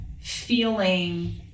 feeling